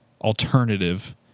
Alternative